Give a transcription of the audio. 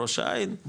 או ראש העין,